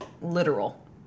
literal